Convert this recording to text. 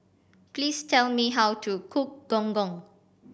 please tell me how to cook Gong Gong